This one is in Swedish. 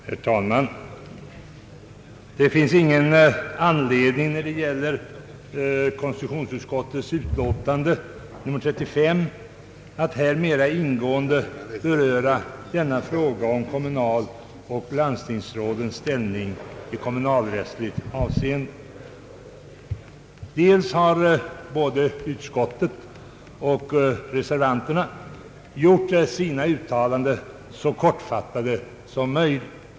Herr talman! Det finns ingen anledning att här mera ingående beröra frågan om kommunaloch landstingsrådens ställning i kommunalrättsligt avseende. Såväl utskottet som reservanterna har gjort sina uttalanden så kortfattade som möjligt.